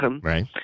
Right